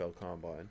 Combine